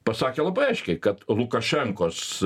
pasakė labai aiškiai kad lukašenkos